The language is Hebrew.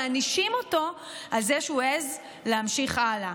מענישים אותו על זה שהוא העז להמשיך הלאה.